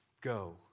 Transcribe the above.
go